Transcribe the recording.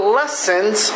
lessons